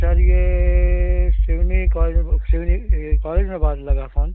sir यह Seoni college में सिवनी यह कॉलेज में बात लगा फोन